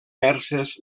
perses